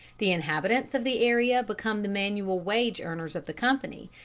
the inhabitants of the area become the manual wage earners of the company,